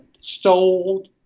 stole